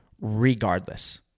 regardless